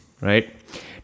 right